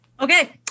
Okay